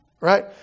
Right